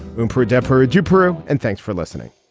whom pre-death hurried to peru and thanks for listening